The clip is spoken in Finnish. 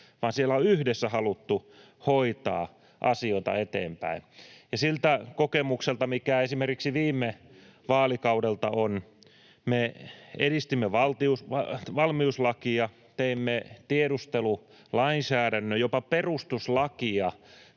vaan on yhdessä haluttu hoitaa asioita eteenpäin. Siitä on kokemus esimerkiksi viime vaalikaudelta: me edistimme valmiuslakia, teimme tiedustelulainsäädännön, jopa perustuslakia